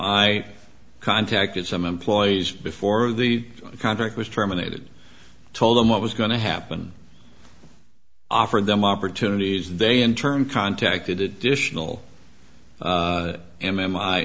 i contacted some employees before the contract was terminated told him what was going to happen offered them opportunities they in turn contacted additional